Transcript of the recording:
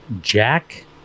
Jack